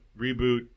reboot